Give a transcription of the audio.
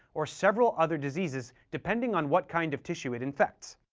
or several other diseases depending on what kind of tissue it infects.